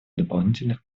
дополнительных